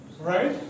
Right